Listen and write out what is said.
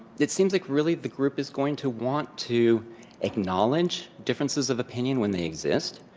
it seems like, really, the group is going to want to acknowledge differences of opinion when they exist.